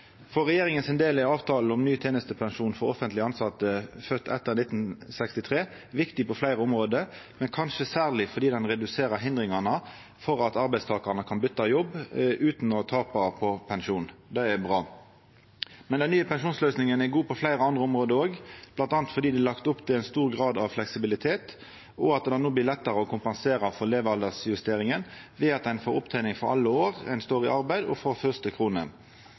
For regjeringa sin del er avtalen om ny tenestepensjon for offentleg tilsette som er fødde etter 1963, viktig på fleire område, men kanskje særleg fordi han reduserer hindringane for at arbeidstakarane kan byta jobb utan å tapa pensjon. Det er bra. Men den nye pensjonsløysinga er god på fleire andre område, bl.a. fordi det er lagt opp til ein stor grad av fleksibilitet, og at det no blir lettare å kompensera for levealdersjusteringa ved at ein får opptening for alle åra ein står i arbeid, og frå første krone.